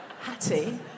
Hattie